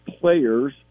players